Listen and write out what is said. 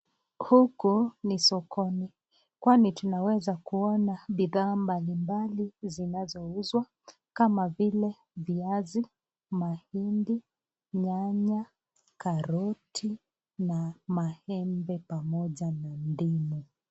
Huku ni sokoni, kwani tunaweza kuona bidhaa mbalimbali zinazouzwa kama vile viazi, mahindi ,nyanya, Karoti na maembe pamoja na ndimu.